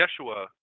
Yeshua